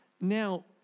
Now